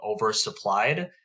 oversupplied